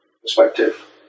perspective